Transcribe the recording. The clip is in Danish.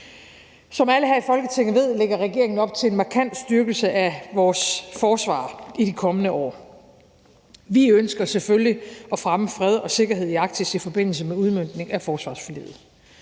Som alle her i Folketinget ved, lægger regeringen op til en markant styrkelse af vores forsvar i de kommende år. Vi ønsker selvfølgelig at fremme fred og sikkerhed i Arktis i forbindelse med udmøntning af forsvarsforliget.